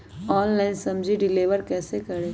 Online सब्जी deliver कैसे करें?